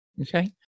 Okay